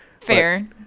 Fair